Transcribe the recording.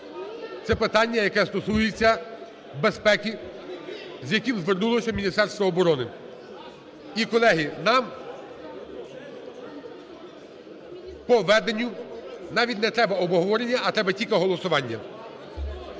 Це питання, яке стосується безпеки, з яким звернулося Міністерство оборони. І, колеги, нам… По веденню навіть не треба обговорення, а треба тільки голосування.